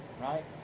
Right